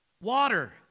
Water